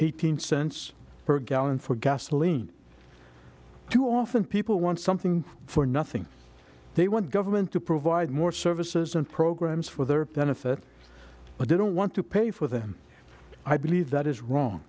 eighteen cents per gallon for gasoline too often people want something for nothing they want government to provide more services and programs for their benefit but they don't want to pay for them i believe that is wrong